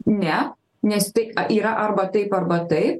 ne nes tai yra arba taip arba tai